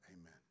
amen